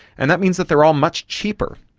and that means that they are all much cheaper.